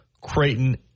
Creighton